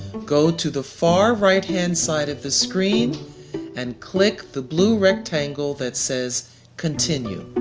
go to the far right-hand side of the screen and click the blue rectangle that says continue.